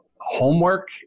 homework